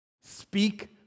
Speak